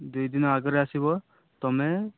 ଦୁଇ ଦିନ ଆଗରୁ ଆସିବ ତମେ